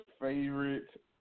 favorite